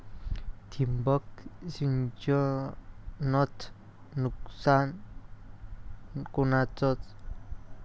ठिबक सिंचनचं नुकसान कोनचं?